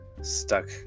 stuck